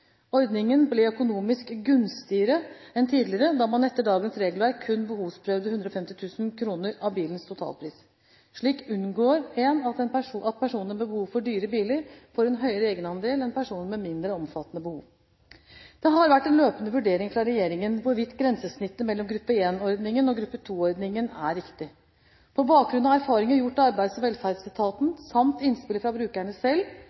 Ordningen ble økonomisk gunstigere enn tidligere, da man etter dagens regelverk kun behovsprøvde 150 000 kr av bilens totalpris. Slik unngår en at personer med behov for dyre biler får en høyere egenandel enn personer med mindre omfattende behov. Det har vært en løpende vurdering fra regjeringen hvorvidt grensesnittet mellom gruppe 1-ordningen og gruppe 2-ordningen er riktig. På bakgrunn av erfaringene gjort av Arbeids- og velferdsetaten, samt innspill fra brukerne selv,